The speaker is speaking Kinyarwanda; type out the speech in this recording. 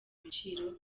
ibiciro